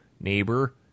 neighbor